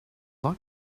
like